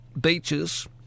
beaches